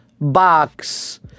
box